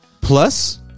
Plus